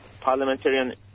parliamentarian